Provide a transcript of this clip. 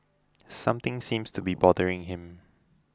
something seems to be bothering him